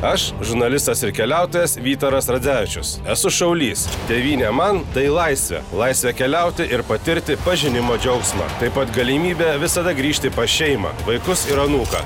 aš žurnalistas ir keliautojas vytaras radzevičius esu šaulys tėvynė man tai laisvė laisvė keliauti ir patirti pažinimo džiaugsmą taip pat galimybę visada grįžti pas šeimą vaikus ir anūką